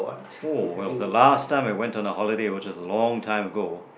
oh well the last time I went on a holiday which was a long time ago